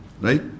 Right